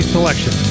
Selection